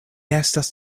estas